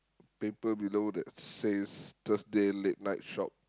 paper below that says Thursday late night shop